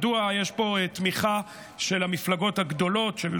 מדוע יש פה תמיכה של המפלגות הגדולות בהצעה הזאת,